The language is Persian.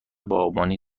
باغبانی